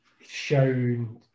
shown